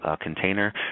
container